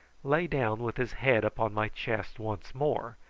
lay down with his head upon my chest once more,